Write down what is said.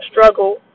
struggle